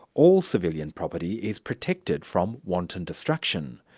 all civilian property is protected from wanton destruction,